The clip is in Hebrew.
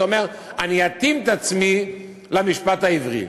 אתה אומר: אני אתאים את עצמי למשפט העברי.